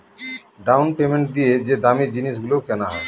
down payment দিয়ে যে দামী জিনিস গুলো কেনা হয়